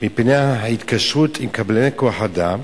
מפני ההתקשרות עם קבלני כוח-אדם",